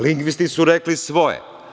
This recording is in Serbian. Lingvisti su rekli svoje.